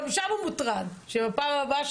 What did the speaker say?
גם שם הוא מוטרד שבפעם הבאה,